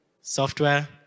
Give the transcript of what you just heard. Software